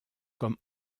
comme